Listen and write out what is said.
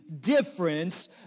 difference